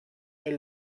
est